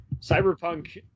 Cyberpunk